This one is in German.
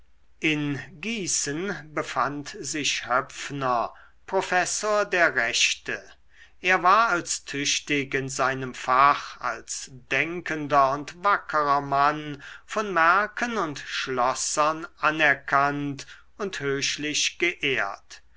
in gießen befand sich höpfner professor der rechte er war als tüchtig in seinem fach als denkender und wackerer mann von mercken und schlossern anerkannt und höchlich geehrt